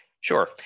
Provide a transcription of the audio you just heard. sure